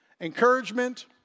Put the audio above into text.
encouragement